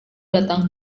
datang